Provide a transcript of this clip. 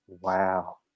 Wow